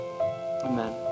Amen